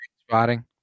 spotting